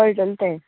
कळटलो तें